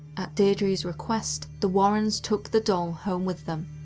at deidre's request, the warrens took the doll home with them.